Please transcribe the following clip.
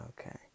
Okay